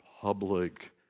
public